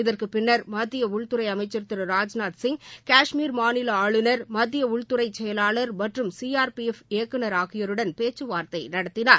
இதற்கு பின்னர் மத்திய உள்துறை அமைச்சர் திரு ராஜ்நாத் சிங் காஷ்மீர் மாநில ஆளுநர் மத்திய உள்துறைச் செயலாளர் மற்றும் சிஆர்பிஎஃப் இயக்குநர் ஆகியோருடன் பேச்சுவார்த்தை நடத்தினர்